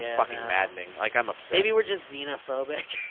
fucking maddening. like i'm upset. maybe we're just xenophobic.